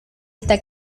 hasta